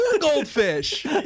goldfish